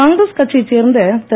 காங்கிரஸ் கட்சியைச் சேர்ந்த திரு